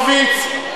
חבר הכנסת הורוביץ,